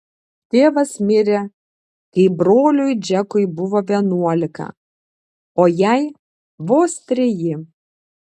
tėvas mirė kai broliui džekui buvo vienuolika o jai vos treji